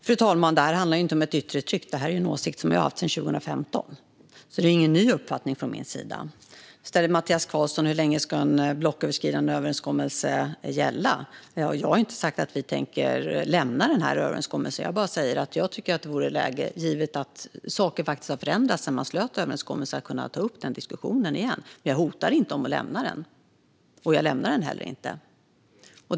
Fru talman! Det här handlar inte om ett yttre tryck, utan detta är en åsikt som jag har haft sedan 2015. Det är alltså ingen ny uppfattning från min sida. Mattias Karlsson undrar hur länge en blocköverskridande överenskommelse ska gälla. Jag har inte sagt att vi tänker lämna överenskommelsen, utan givet att saker har förändrats sedan den slöts säger jag bara att jag tycker att man ska kunna ta upp diskussionen igen. Men jag hotar inte att lämna den, och jag tänker heller inte lämna den.